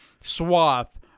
swath